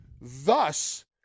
Thus